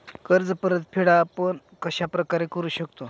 कर्ज परतफेड आपण कश्या प्रकारे करु शकतो?